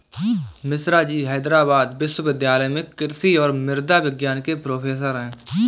मिश्राजी हैदराबाद विश्वविद्यालय में कृषि और मृदा विज्ञान के प्रोफेसर हैं